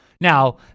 Now